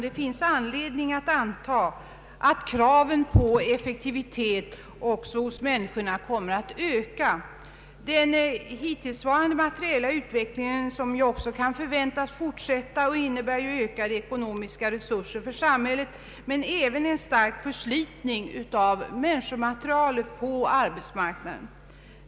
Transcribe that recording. Det finns anledning anta att kravet på effektivitet hos människorna kommer att öka. Den hittillsvarande materiella utvecklingen, som kan förväntas fortsätta, innebär ökade ekonomiska resurser för samhället men även en stark förslitning av människomaterialet på arbetsmarknaden.